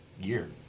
year